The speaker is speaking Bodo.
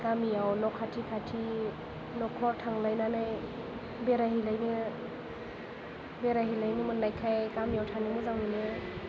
गामियाव न' खाथि खाथि न'खर थांलायनानै बेरायहैलायनो बेरायहैलायनो मोननायखाय गामियाव थानो मोजां मोनो